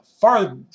far